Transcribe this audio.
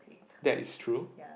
that is true